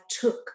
took